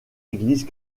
église